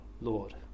Lord